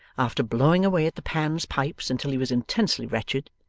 after blowing away at the pan's pipes until he was intensely wretched,